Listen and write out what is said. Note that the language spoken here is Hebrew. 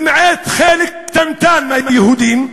למעט חלק קטנטן מהיהודים,